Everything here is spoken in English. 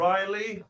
Riley